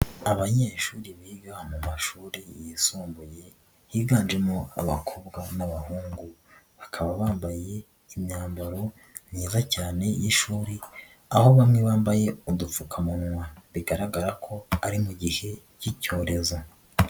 Abanyeshuri biga mu mashuri yisumbuye higanjemo abakobwa n'abahungu, bakaba bambaye imyambaro myiza cyane y'ishuri, aho bamwe bambaye udupfukamunwa bigaragara ko ari mu gihe cy'icyorezo.